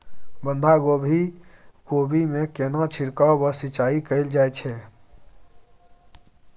बंधागोभी कोबी मे केना छिरकाव व सिंचाई कैल जाय छै?